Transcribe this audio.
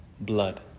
blood